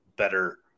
better